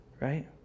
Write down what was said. right